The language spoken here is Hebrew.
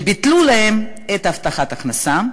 שביטלו להם את הבטחת ההכנסה,